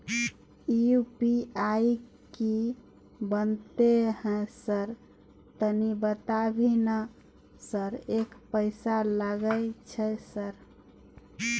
UPI की बनते है सर तनी बता भी ना सर एक पैसा लागे छै सर?